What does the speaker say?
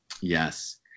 Yes